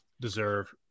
deserve